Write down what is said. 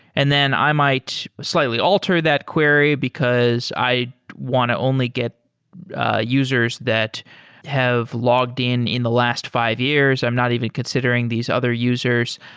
and then i might slightly alter that query because i want to only get users that have logged in in the last five years. i'm not even considering these other users.